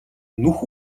нүх